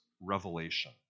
revelation